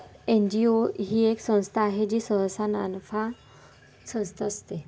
NGO ही एक संस्था आहे जी सहसा नानफा संस्था असते